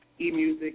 eMusic